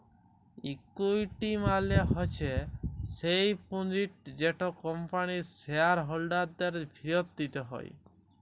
equity মালে হচ্যে স্যেই পুঁজিট যেট কম্পানির শেয়ার হোল্ডারদের ফিরত দিতে হ্যয়